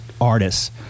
artists